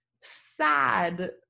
sad